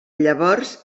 llavors